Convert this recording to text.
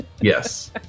yes